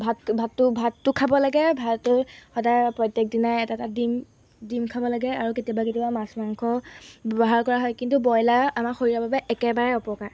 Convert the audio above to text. ভাত ভাতটো ভাতটো খাব লাগে ভাতটো সদায় প্ৰত্যেক দিনাই এটা এটা ডিম ডিম খাব লাগে আৰু কেতিয়াবা কেতিয়াবা মাছ মাংস ব্যৱহাৰ কৰা হয় কিন্তু ব্ৰইলাৰ আমাৰ শৰীৰৰ বাবে একেবাৰে অপকাৰ